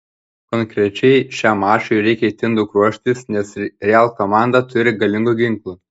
konkrečiai šiam mačui reikia itin daug ruoštis nes real komanda turi galingų ginklų